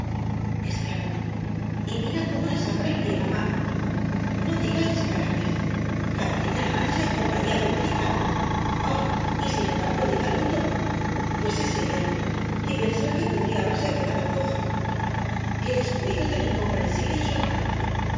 earnshaw exclamó y mira cómo le sangra el pie mamá no digas disparates catalina earnshaw en compañía de un gitano oh y sin embargo lleva luto pues es ella y pensar que podría haberse quedado coja qué descuido tan incomprensible en su hermano